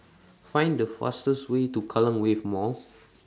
Find The fastest Way to Kallang Wave Mall